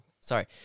sorry